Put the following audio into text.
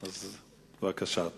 בבקשה.